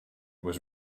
was